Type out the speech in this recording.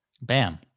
Bam